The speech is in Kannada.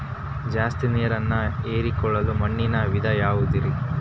ಜಾಸ್ತಿ ನೇರನ್ನ ಹೇರಿಕೊಳ್ಳೊ ಮಣ್ಣಿನ ವಿಧ ಯಾವುದುರಿ?